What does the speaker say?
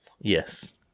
Yes